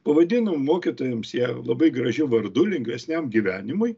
pavadinom mokytojams jie labai gražiu vardu lengvesniam gyvenimui